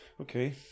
Okay